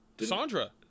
Sandra